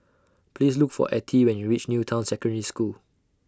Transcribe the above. Please Look For Attie when YOU REACH New Town Secondary School